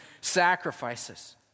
sacrifices